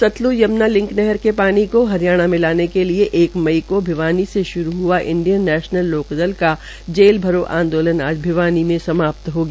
Sutlej Yamuna link नहर के पानी को हरियाणा में लाने के लिए एक मई को भिवानी से श्रू हआ इंडियन नैशनल लोकदल का जेल भरों आंदोलन आज भिवानी में समाप्त हो गया